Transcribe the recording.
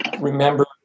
remember